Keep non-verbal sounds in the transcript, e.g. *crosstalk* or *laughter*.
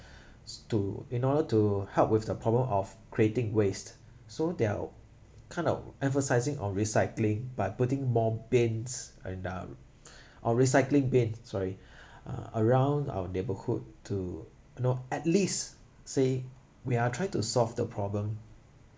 *breath* s~ to in order to help with the problem of creating waste so they're kind of emphasizing on recycling by putting more bins and uh or recycling bin sorry *breath* uh around our neighborhood to kno~ at least say we are trying to solve the problem